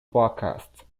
broadcast